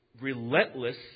relentless